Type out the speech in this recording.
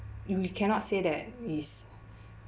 y~ you cannot say that is